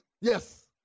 Yes